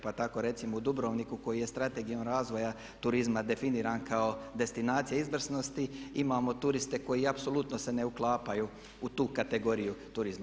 Pa tako recimo u Dubrovniku koji je Strategijom razvoja turizma definiran kao destinacija izvrsnosti imamo turiste koji apsolutno se ne uklapaju u tu kategoriju turizma.